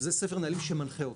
זה ספר הנהלים שמנחה אותה,